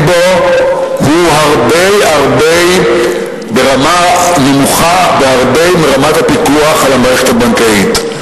בו היא נמוכה הרבה יותר מרמת הפיקוח על המערכת הבנקאית.